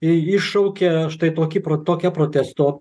i iššaukia štai tokį pro tokią protesto